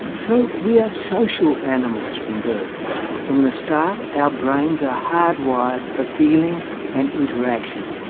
so we are social animals from birth from the start our brains are hardwired for feeling and interaction.